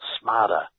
smarter